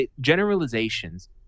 generalizations